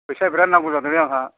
फैसा बिरात नांगौ जादोंलै आंहा